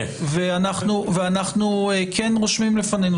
אנחנו כן רושמים לפנינו,